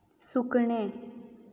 सुकणें